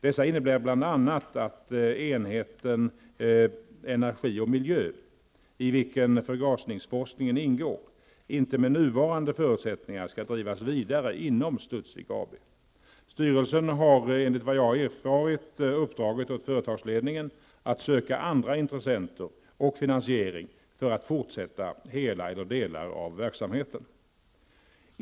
Dessa innebär bl.a. att enheten Energi och Miljö -- i vilken förgasningsforskningen ingår -- inte med nuvarande förutsättningar skall drivas vidare inom Studsvik AB. Styrelsen har enligt vad jag har erfarit uppdragit åt företagsledningen att söka andra intressenter och finansiering för att fortsätta hela, eller delar av, verksamheten.